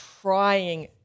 trying